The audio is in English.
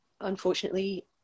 unfortunately